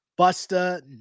Busta